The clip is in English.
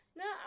no